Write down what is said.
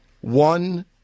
one